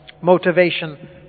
motivation